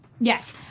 yes